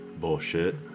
bullshit